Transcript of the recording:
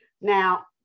Now